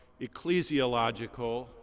ecclesiological